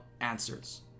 answers